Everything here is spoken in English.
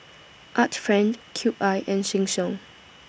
Art Friend Cube I and Sheng Siong